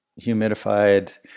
humidified